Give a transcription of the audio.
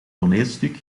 toneelstuk